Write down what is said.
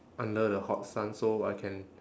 under the hot sun so I can